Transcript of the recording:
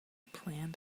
planned